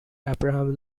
abraham